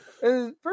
First